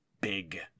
big